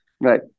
Right